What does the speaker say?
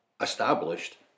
established